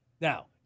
Now